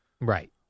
Right